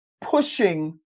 pushing